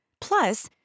Plus